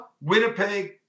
Winnipeg